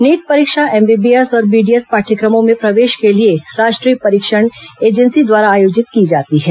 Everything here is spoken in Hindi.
नीट परीक्षा एमबीबीएस और बीडीएस दसरे और पाठ्यक्रमों में प्रवेश के लिए राष्ट्रीय परीक्षण एजेंसी द्वारा आयोजित की जाती है